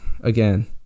again